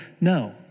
No